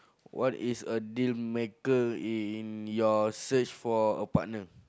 what is a dealmaker in your search for a partner